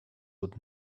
would